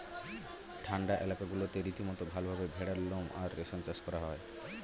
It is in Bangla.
ঠান্ডা এলাকাগুলোতে রীতিমতো ভালভাবে ভেড়ার লোম আর রেশম চাষ করা হয়